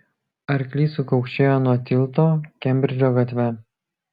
arklys sukaukšėjo nuo tilto kembridžo gatve